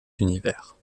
univers